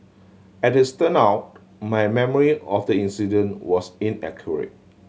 as it turned out my memory of the incident was inaccurate